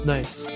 Nice